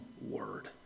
word